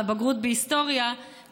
לבגרות בהיסטוריה,